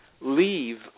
leave